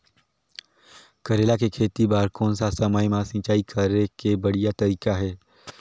करेला के खेती बार कोन सा समय मां सिंचाई करे के बढ़िया तारीक हे?